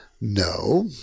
no